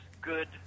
Good